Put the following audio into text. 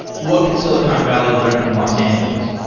what can silicon valley learn from los angeles?